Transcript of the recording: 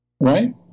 right